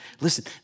Listen